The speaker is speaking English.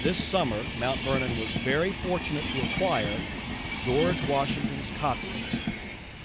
this summer mount vernon was very fortunate to acquire george washington's copy